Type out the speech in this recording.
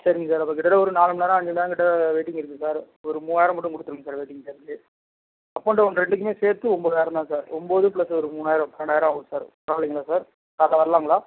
சரிங்க சார் கிட்டதட்ட ஒரு நாலுமணி நேரம் அஞ்சுமணி நேரம் கிட்டே வெயிட்டிங் இருக்கும் சார் ஒரு மூவாயிரம் மட்டும் கொடுத்துடுங்க sir waiting charge up and down ரெண்டுக்குமே சேர்த்து ஒம்போதாயிரம் தான் சார் ஒம்போது ப்ளஸ் ஒரு மூணாயிரம் பன்னெண்டாயிரம் ஆகும் சார் பரவாயில்லைங்களா சார் காலைல வரலாங்களா